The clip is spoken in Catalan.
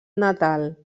natal